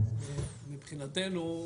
מבחינתנו,